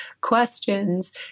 questions